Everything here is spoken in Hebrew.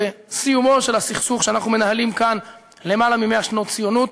לסיומו של הסכסוך שאנחנו מנהלים כאן במשך יותר מ-100 שנות ציונות.